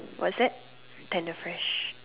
what's that tender fresh